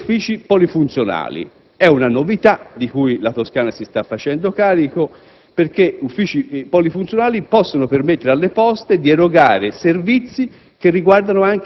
prevedere uffici polifunzionali. E' una novità di cui la Toscana si sta facendo carico perché detti uffici consentirebbero alle Poste di erogare servizi